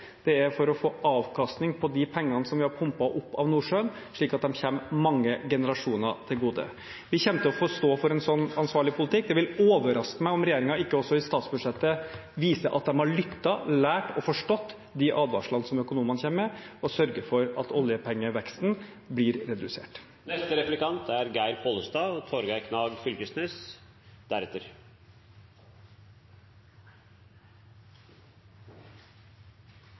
det er for å få avkastning på de pengene som vi har pumpet opp av Nordsjøen, slik at de kommer mange generasjoner til gode. Vi kommer til å stå for en slik ansvarlig politikk. Det vil overraske meg om ikke regjeringen også i statsbudsjettet viser at de har lyttet til, lært av og forstått de advarslene som økonomene kommer med, og sørger for at oljepengeveksten blir redusert. Eg er